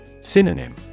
Synonym